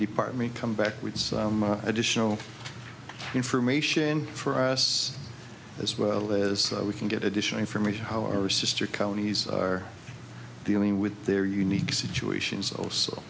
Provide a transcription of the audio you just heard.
department come back with some additional information for us as well as we can get additional information how our sister companies are dealing with their unique situation